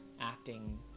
acting